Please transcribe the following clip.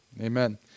Amen